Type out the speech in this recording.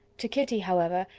to kitty, however,